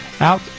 Out